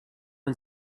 and